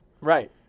Right